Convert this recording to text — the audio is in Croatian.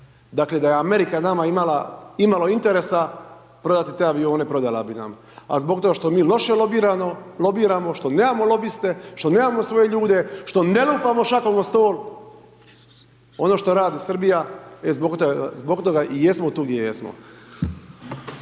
Dakle, da je Amerika nama ima imalo interesa prodati te avione, prodala bi nam, a zbog toga što mi loše lobirano, lobiramo što nemamo lobiste, što nemamo svoje ljude, što ne lupamo šakom o stol ono što radi Srbija, e zbog toga i jesmo tu gdje jesmo.